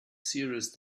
serious